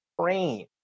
train